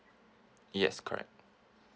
yes correct